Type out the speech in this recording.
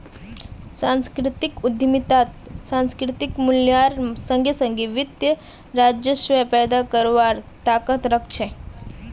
सांस्कृतिक उद्यमितात सांस्कृतिक मूल्येर संगे संगे वित्तीय राजस्व पैदा करवार ताकत रख छे